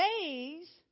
days